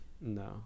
no